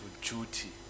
Duty